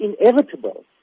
inevitable